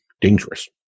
dangerous